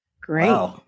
Great